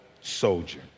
soldier